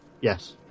Yes